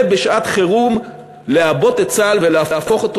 ובשעת חירום לעבות את צה"ל ולהפוך אותו